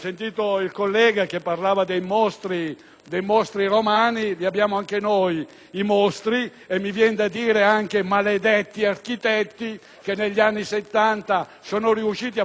dei mostri romani; ne abbiamo anche noi di mostri e mi viene da maledire gli architetti che negli anni Settanta sono riusciti a fare diventare brutte